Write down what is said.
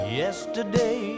yesterday